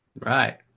Right